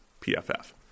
PFF